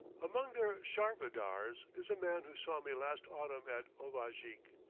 among their charvadars is a man who saw me last autumn at ovahjik.